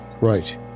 Right